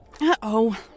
Uh-oh